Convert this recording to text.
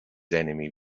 enemy